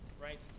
right